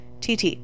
TT